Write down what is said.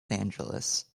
angeles